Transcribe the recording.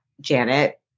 Janet